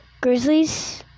Grizzlies